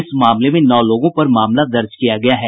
इस मामले में नौ लोगों पर मामला दर्ज किया गया है